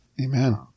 Amen